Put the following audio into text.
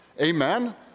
Amen